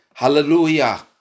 Hallelujah